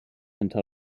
until